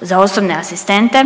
Za osobne asistente